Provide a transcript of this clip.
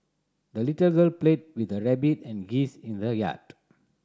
the little girl played with her rabbit and geese in the yard